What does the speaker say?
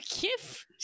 give